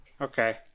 Okay